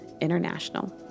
International